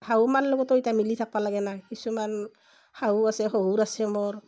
শাহু মাৰ লগতো ইতা মিলি থাকবা লাগেনা কিছুমান শাহু আছে শহুৰ আছে মোৰ